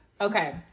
Okay